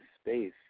space